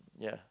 ya